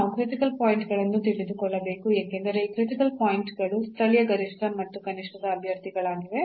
ನಾವು critical point ಗಳನ್ನು ತಿಳಿದುಕೊಳ್ಳಬೇಕು ಏಕೆಂದರೆ ಈ ಕ್ರಿಟಿಕಲ್ ಪಾಯಿಂಟ್ ಗಳು ಸ್ಥಳೀಯ ಗರಿಷ್ಠ ಮತ್ತು ಕನಿಷ್ಠದ ಅಭ್ಯರ್ಥಿಗಳಾಗಿವೆ